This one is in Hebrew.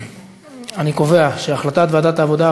אני קובע שהחלטת ועדת העבודה,